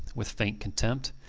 with faint contempt.